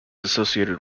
associated